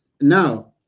now